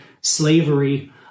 slavery